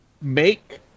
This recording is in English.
make